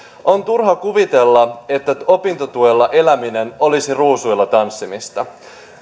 on turha kuvitella että opintotuella eläminen olisi ruusuilla tanssimista